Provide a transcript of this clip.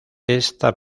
esta